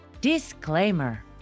disclaimer